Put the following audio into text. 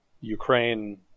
Ukraine